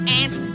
ants